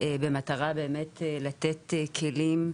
במטרה באמת לתת כלים,